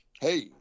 hey